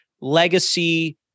legacy